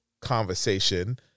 conversation